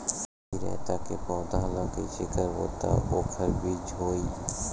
चिरैता के पौधा ल कइसे करबो त ओखर बीज होई?